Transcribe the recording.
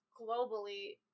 globally